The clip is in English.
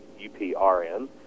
UPRN